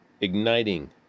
igniting